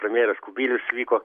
premjeras kubilius vyko